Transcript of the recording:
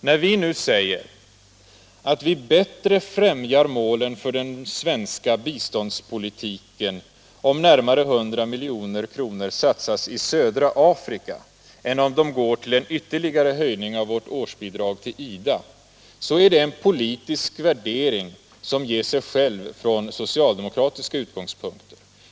När vi nu säger att vi bättre främjar målen för den svenska biståndspolitiken, om närmare 100 milj.kr. satsas i södra Afrika än om de går till en ytterligare höjning av vårt årsbidrag till IDA, så är det en politisk värdering som ger sig själv från socialdemokratiska utgångspunkter.